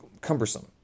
cumbersome